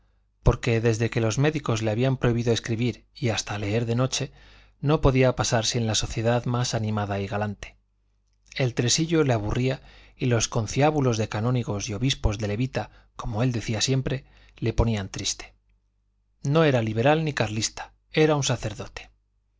porque desde que los médicos le habían prohibido escribir y hasta leer de noche no podía pasar sin la sociedad más animada y galante el tresillo le aburría y los conciliábulos de canónigos y obispos de levita como él decía siempre le ponían triste no era liberal ni carlista era un sacerdote